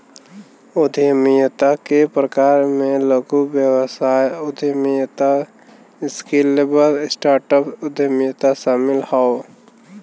उद्यमिता के प्रकार में लघु व्यवसाय उद्यमिता, स्केलेबल स्टार्टअप उद्यमिता शामिल हौ